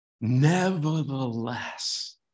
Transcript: Nevertheless